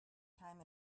time